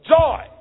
joy